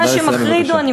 מה שמחריד הוא, נא לסיים.